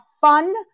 fun